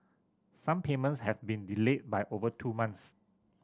some payments have been delayed by over two months